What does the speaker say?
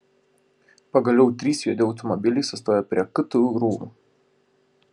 pagaliau trys juodi automobiliai sustojo prie ktu rūmų